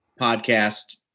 podcast